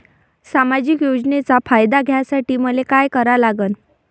सामाजिक योजनेचा फायदा घ्यासाठी मले काय लागन?